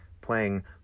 Playing